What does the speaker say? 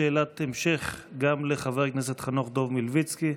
יש שאלת המשך גם לחבר הכנסת חנוך דב מלביצקי.